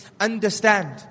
understand